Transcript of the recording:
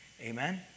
Amen